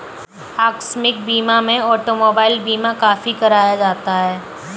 आकस्मिक बीमा में ऑटोमोबाइल बीमा काफी कराया जाता है